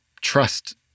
trust